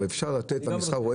המסחר, ואפשר לתת למסחר.